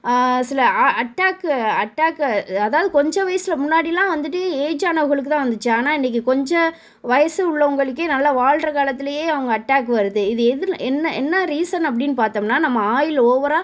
சில அ attack attack அதாவது கொஞ்சம் வயசில் முன்னாடிலாம் வந்துட்டு ஏஜ் ஆனவகளுக்கு தான் வந்துச்சு ஆனால் இன்றைக்கி கொஞ்சம் வயது உள்ளவங்களுக்கு நல்லா வாழ்ற காலத்திலேயே அவங்க அட்டாக் வருது இது எதுன்ன என்ன என்ன ரீசன் அப்படின்னு பார்த்தோம்னா நம்ம ஆயில் ஓவராக